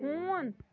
ہوٗن